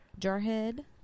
Jarhead